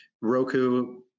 Roku